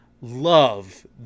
love